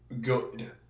good